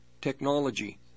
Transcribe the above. technology